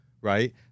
right